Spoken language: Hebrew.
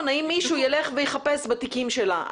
דרכון, מישהו ילך ויחפש בתיקים שלה?